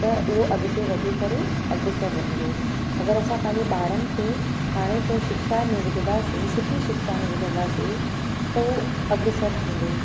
त उहा अॻिते वधी करे अग्रसर रहंदो अगरि असां पंहिंजे ॿारनि खे हाणे को शिक्षा में विझंदासीं सुठी शिक्षा में विझंदासीं त हू अग्रसर थींदो